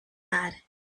had